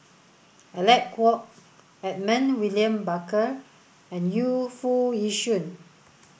Alec Kuok Edmund William Barker and Yu Foo Yee Shoon